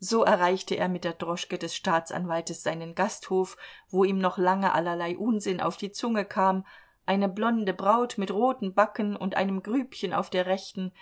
so erreichte er mit der droschke des staatsanwaltes seinen gasthof wo ihm noch lange allerlei unsinn auf die zunge kam eine blonde braut mit roten backen und einem grübchen auf der rechten